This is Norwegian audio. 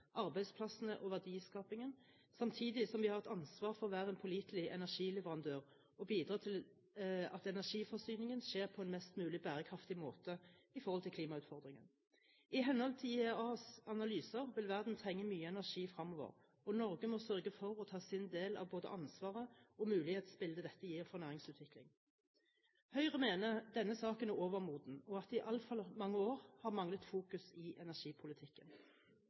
arbeidsplassene og verdiskapingen, samtidig som vi har et ansvar for å være en pålitelig energileverandør og bidra til at energiforsyningen skjer på en mest mulig bærekraftig måte i forhold til klimautfordringen. I henhold til IEAs analyser vil verden trenge mye energi fremover, og Norge må sørge for å ta sin del av både ansvaret og mulighetsbildet dette gir for næringsutvikling. Høyre mener denne saken er overmoden, og at det i altfor mange år har manglet fokus i energipolitikken.